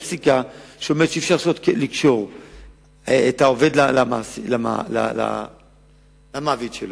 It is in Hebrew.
יש פסיקה שאומרת שאי-אפשר לקשור את העובד למעביד שלו.